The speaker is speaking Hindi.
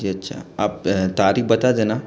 जी अच्छा आप तारीख़ बता देना